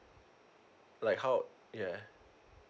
like how yeah